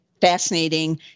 fascinating